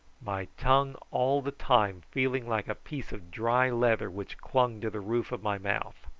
my tongue all the time feeling like a piece of dry leather which clung to the roof of my mouth.